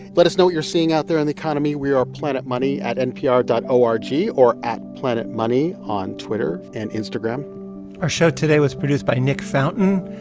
let us know what you're seeing out there in the economy. we are planetmoney at npr dot o r g or at planetmoney on twitter and instagram our show today was produced by nick fountain.